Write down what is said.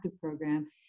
program